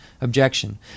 objection